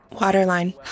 Waterline